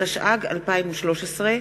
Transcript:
התשע"ג 2013,